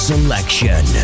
Selection